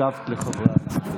השבת לחברי הכנסת.